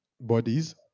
Bodies